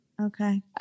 Okay